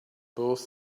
both